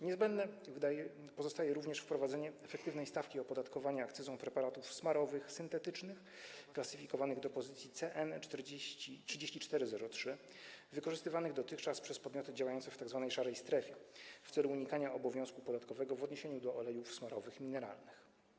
Niezbędne pozostaje również wprowadzenie efektywnej stawki opodatkowania akcyzą preparatów smarowych, syntetycznych, klasyfikowanych jako CN 3403, wykorzystywanych dotychczas przez podmioty działające w tzw. szarej strefie w celu unikania obowiązku podatkowego w odniesieniu do olejów smarowych mineralnych.